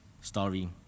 story